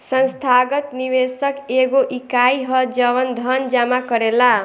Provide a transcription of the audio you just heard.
संस्थागत निवेशक एगो इकाई ह जवन धन जामा करेला